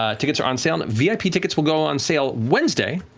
ah tickets are on sale, vip tickets will go on sale wednesday,